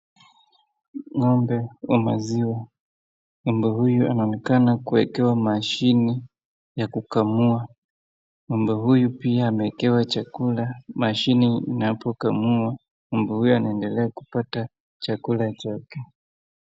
Ngo'mbe wa maziwa. Ngo'mbe huyu anaonekana kuwekewa mashini ya kukamua. Ngo'mbe huyu pia ameekewa chakula, mashine inapokamua, ngo'mbe huyu anaendelea kupata chakula chake.